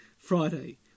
Friday